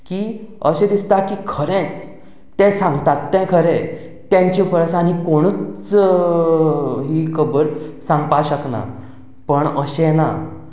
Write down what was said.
की अशें दिसता की खरेंच ते सांगतात ते खरें तांच्या परस आनी कोणूच ही खबर सांगपाक शकना पूण अशें ना